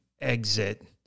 exit